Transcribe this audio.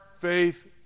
faith